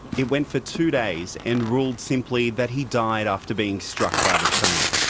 it went for two days and ruled simply that he died after being struck by the train.